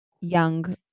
young